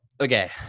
okay